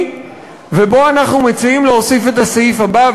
ובו אנחנו מציעים להוסיף את הסעיף הקטן הבא,